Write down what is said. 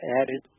added